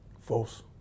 false